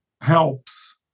helps